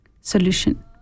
solution